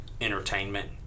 entertainment